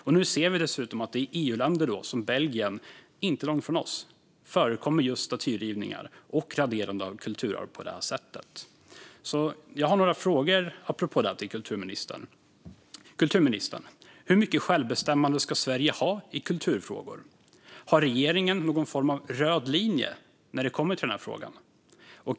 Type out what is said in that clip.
Och nu ser vi dessutom att det i EU-länder som Belgien, inte långt ifrån oss, förekommer just statyrivningar och raderande av kulturarv på detta sätt. Jag har några frågor apropå detta till kulturministern: Hur mycket självbestämmande ska Sverige ha i kulturfrågor? Har regeringen någon form av röd linje när det kommer till denna fråga?